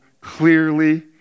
clearly